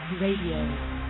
Radio